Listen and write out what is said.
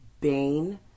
bane